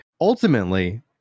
ultimately